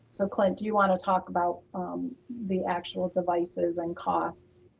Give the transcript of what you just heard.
so, clint, do you want to talk about um the actual devices and costs?